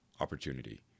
opportunity